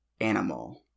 Animal